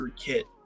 kit